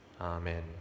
amen